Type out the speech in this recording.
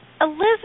Elizabeth